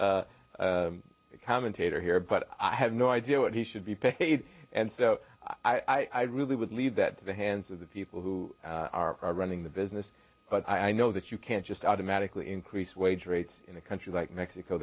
competent commentator here but i have no idea what he should be paid and so i really would leave that to the hands of the people who are running the business but i know that you can't just automatically increase wage rates in a country like mexico